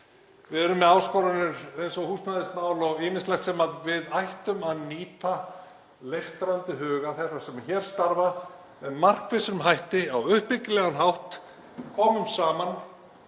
Við erum með áskoranir eins og húsnæðismál og ýmislegt og við ættum að nýta leiftrandi huga þeirra sem hér starfa með markvissum hætti á uppbyggilegan hátt. Komum saman